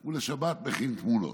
הוא לשבת מכין תמונות,